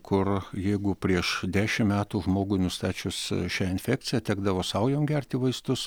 kur jeigu prieš dešimt metų žmogui nustačius šią infekciją tekdavo saujom gerti vaistus